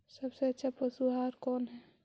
सबसे अच्छा पशु आहार कौन है?